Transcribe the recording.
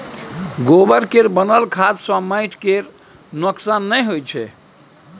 गोबर केर बनल खाद सँ माटि केर नोक्सान नहि होइ छै